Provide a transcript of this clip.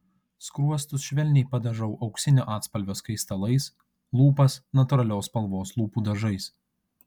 skruostus švelniai padažau auksinio atspalvio skaistalais lūpas natūralios spalvos lūpų dažais